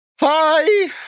Hi